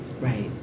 Right